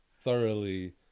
thoroughly